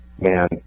man